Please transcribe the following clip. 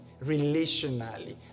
relationally